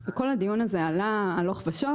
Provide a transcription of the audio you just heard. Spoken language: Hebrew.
שעלה בכל הדיון הזה הלוך ושוב.